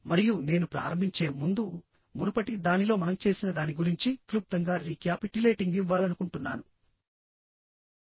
మరియు నేను ప్రారంభించే ముందుమునుపటి దానిలో మనం చేసిన దాని గురించి క్లుప్తంగా రీక్యాపిట్యులేటింగ్ ఇవ్వాలనుకుంటున్నాను